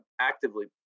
Actively